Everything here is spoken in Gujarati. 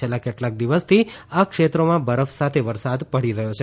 છેલ્લા કેટલાક દિવસથી આ ક્ષેત્રોમાં બરફ સાથે વરસાદ પડી રહથો છે